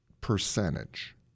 percentage